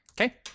Okay